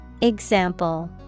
Example